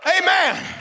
Amen